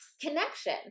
connection